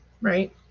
right